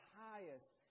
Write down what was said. highest